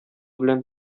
белән